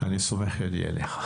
אני סומך עליך.